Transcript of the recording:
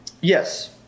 Yes